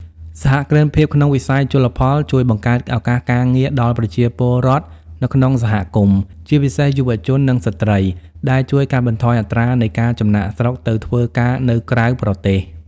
សហគ្រិនភាពក្នុងវិស័យជលផលជួយបង្កើតឱកាសការងារដល់ប្រជាពលរដ្ឋនៅក្នុងសហគមន៍ ជាពិសេសយុវជន និងស្ត្រី ដែលជួយកាត់បន្ថយអត្រានៃការចំណាកស្រុកទៅធ្វើការនៅក្រៅប្រទេស។